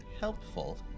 helpful